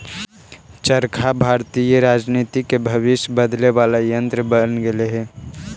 चरखा भारतीय राजनीति के भविष्य बदले वाला यन्त्र बन गेले हई